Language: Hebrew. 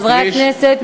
חברי הכנסת,